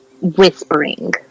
whispering